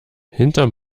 hinterm